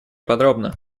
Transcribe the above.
подробно